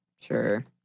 Sure